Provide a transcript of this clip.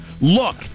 Look